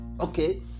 okay